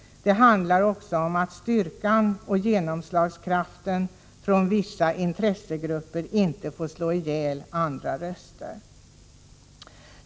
Det handlar också om att styrkan och genomslagskraften från vissa intressegrupper inte får så att säga slå ihjäl andra röster.